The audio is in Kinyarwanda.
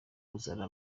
kuzana